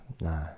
no